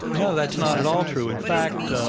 no, that's not at all true. in fact,